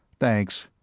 thanks,